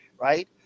Right